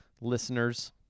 listeners